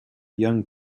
young